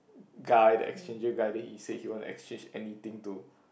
guy the exchanger guy that he said he want to exchange anything to